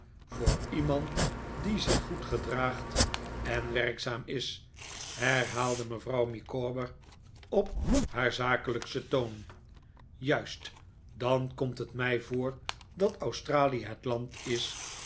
voor iemand die zich goed gedraagt en david copper field werkzaam is herhaalde mevrduw micawber op haar zakelijksten toon juist dan komt bet mij voor dat australie het land is